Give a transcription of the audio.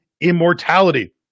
immortality